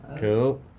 Cool